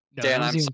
Dan